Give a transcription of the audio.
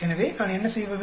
எனவே நான் என்ன செய்வது